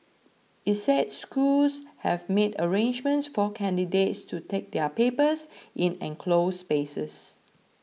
it said schools have made arrangements for candidates to take their papers in enclosed spaces